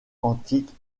antique